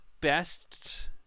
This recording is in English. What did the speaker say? best